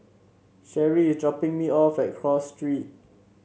Sherrie is dropping me off at Cross Street